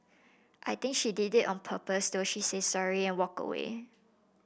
I think she did it on purpose though she said sorry and walked away